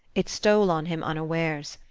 it stole on him unawares.